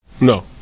No